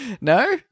No